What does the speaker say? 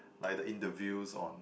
like the interviews on